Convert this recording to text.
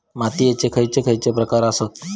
मातीयेचे खैचे खैचे प्रकार आसत?